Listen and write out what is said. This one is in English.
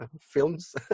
films